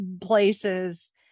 places